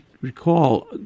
recall